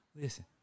Listen